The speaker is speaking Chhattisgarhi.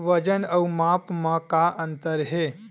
वजन अउ माप म का अंतर हे?